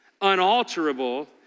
unalterable